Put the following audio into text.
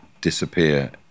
disappear